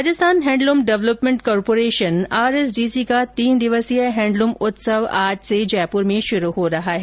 Rajasthan handloom development corporation RSDC का तीन दिवसीय हैण्डलूम उत्सव आज से जयपुर में शुरू हो रहा है